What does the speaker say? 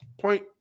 Point